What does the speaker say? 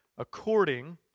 According